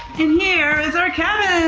and here is our cabin!